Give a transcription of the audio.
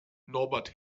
norbert